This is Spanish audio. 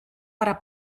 para